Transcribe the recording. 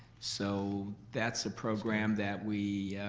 so that's the program that we,